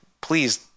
please